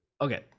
Okay